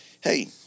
hey